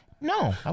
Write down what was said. no